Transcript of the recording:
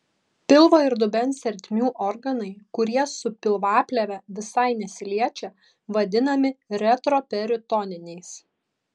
pilvo ir dubens ertmių organai kurie su pilvaplėve visai nesiliečia vadinami retroperitoniniais